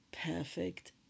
perfect